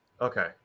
Okay